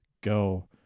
go